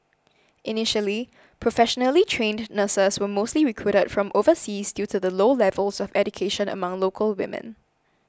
initially professionally trained nurses were mostly recruited from overseas due to the low levels of education among local women